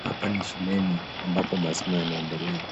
Hapa ni shuleni, ambapo masomo yanaendelea.